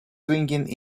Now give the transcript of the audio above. swinging